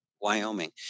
Wyoming